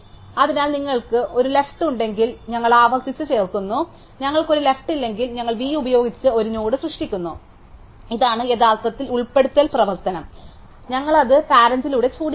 അതിനാൽ നിങ്ങൾക്ക് ഒരു ലെഫ്റ് ഉണ്ടെങ്കിൽ ഞങ്ങൾ ആവർത്തിച്ച് ചേർക്കുന്നു ഞങ്ങൾക്ക് ഒരു ലെഫ്റ് ഇല്ലെങ്കിൽ ഞങ്ങൾ v ഉപയോഗിച്ച് ഒരു നോഡ് സൃഷ്ടിക്കുന്നു ഇതാണ് യഥാർത്ഥത്തിൽ ഉൾപ്പെടുത്തൽ പ്രവർത്തനം ഞങ്ങൾ അത് പാരന്റിലൂടെ ചൂണ്ടിക്കാണിക്കുന്നു